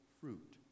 fruit